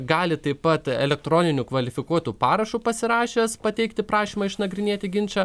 gali taip pat elektroniniu kvalifikuotu parašu pasirašęs pateikti prašymą išnagrinėti ginčą